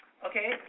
Okay